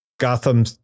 Gotham